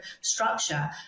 structure